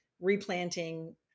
replanting